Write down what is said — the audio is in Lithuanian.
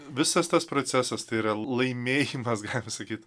visas tas procesas tai yra laimėjimas galima sakyt